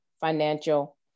financial